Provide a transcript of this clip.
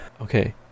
okay